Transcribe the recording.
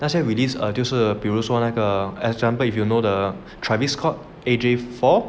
那些 release err 就是比如说那个 example if you know the travis scott A_J four